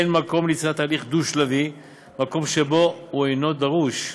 אין מקום ליצירת הליך דו-שלבי במקום שבו הוא אינו דרוש.